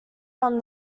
from